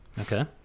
Okay